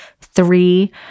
three